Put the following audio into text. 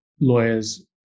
lawyers